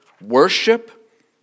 worship